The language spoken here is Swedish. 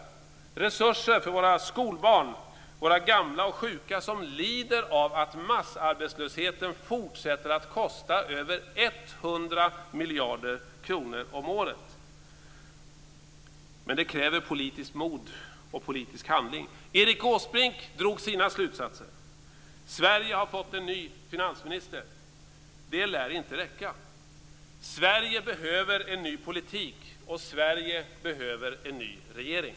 Det skulle ge resurser för våra skolbarn, våra gamla och sjuka som lider av att massarbetslösheten fortsätter att kosta över 100 miljarder kronor om året. Men det kräver politiskt mod och politisk handling. Erik Åsbrink drog sina slutsatser. Sverige har fått en ny finansminister. Det lär inte räcka. Sverige behöver en ny politik och Sverige behöver en ny regering.